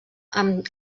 amb